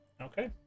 Okay